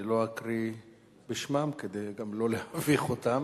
אני לא אקרא בשמם כדי לא להביך אותם.